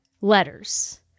letters